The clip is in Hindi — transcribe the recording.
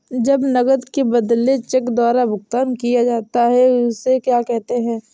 जब नकद के बदले चेक द्वारा भुगतान किया जाता हैं उसे क्या कहते है?